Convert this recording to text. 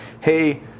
hey